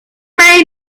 may